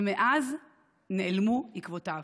ומאז נעלמו עקבותיו.